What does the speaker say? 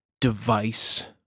device